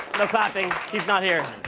no clapping, he's not here.